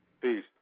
Peace